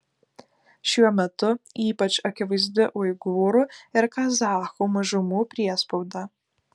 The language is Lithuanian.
šiuo metu ypač akivaizdi uigūrų ir kazachų mažumų priespauda